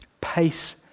pace